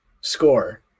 score